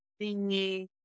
thingy